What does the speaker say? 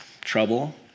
trouble